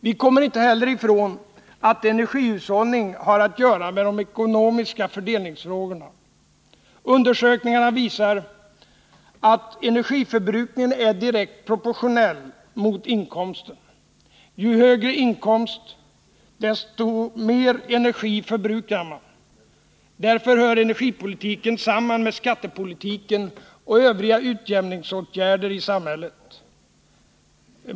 Vi kommer inte heller ifrån att energihushållning har att göra med de ekonomiska fördelningsfrågorna. Undersökningar visar att energiförbrukningen är direkt proportionell mot inkomsten. Ju högre inkomst, desto mer energi förbrukar man. Därför hör energipolitiken samman med skattepolitiken och övriga utjämningsåtgärder i samhället.